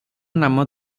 ନାମ